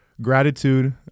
Gratitude